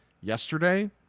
yesterday